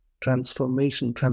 transformation